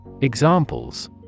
Examples